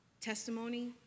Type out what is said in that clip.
Testimony